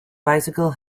bicycle